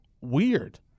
weird